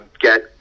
get